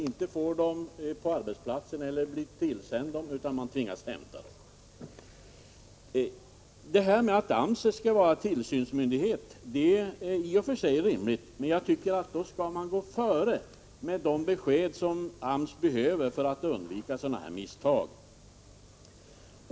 Dessa medlemmar får inte blanketterna sig tillsända eller på arbetsplatsen utan tvingas som sagt hämta dem. Att AMS skall vara tillsynsmyndighet är i och för sig rimligt, men jag tycker att då skall man gå före med de besked som AMS behöver för att undvika misstag.